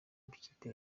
b’ikipe